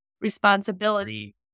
responsibility